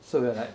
so we are like